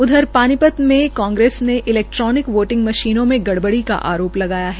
उधर पानीपत में कांग्रेस के इलैक्ट्रोनिक वोटिंग मशीन में गड़बड़ी का आरोप लगाया है